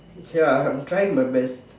ya I'm trying my best